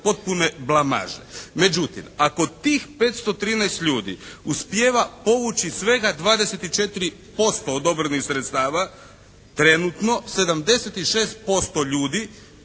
potpune blamaže. Međutim, ako tih 513 ljudi uspijeva povući svega 24% odobrenih sredstava trenutno 76% ljudi